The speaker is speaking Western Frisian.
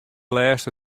lêste